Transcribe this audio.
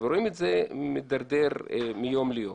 ורואים את זה מידרדר מיום ליום.